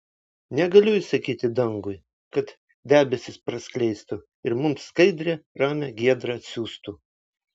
negaliu įsakyti dangui kad debesis praskleistų ir mums skaidrią ramią giedrą atsiųstų